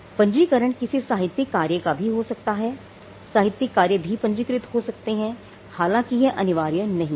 पंजीकरण किसी साहित्यिक कार्य का भी पंजीकरण हो सकता है साहित्यिक कार्य भी पंजीकृत हो सकते हैं हालांकि यह अनिवार्य नहीं है